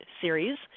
Series